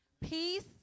peace